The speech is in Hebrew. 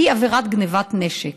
עבירת גנבת נשק,